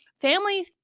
family